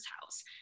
house